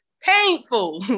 painful